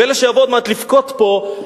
ואלה שיבואו עוד מעט לבכות פה,